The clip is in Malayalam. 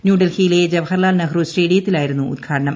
ന്യൂഡൽഹിയിലെ ജവഹർലാൽ നെഹ്റു സ്റ്റേഡിയത്തിലായിരുന്നു ഉദ്ഘാടനം